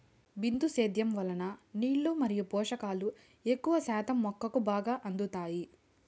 బిందు సేద్యం వలన నీళ్ళు మరియు పోషకాలు ఎక్కువ శాతం మొక్కకు బాగా అందుతాయి